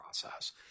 process